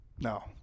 No